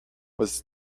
was